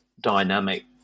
dynamic